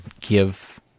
give